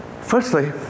Firstly